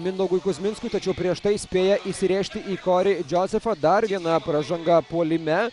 mindaugui kuzminskui tačiau prieš tai spėja įsirėžti į korį džozefą dar viena pražanga puolime